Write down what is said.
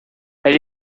elle